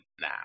now